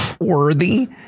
worthy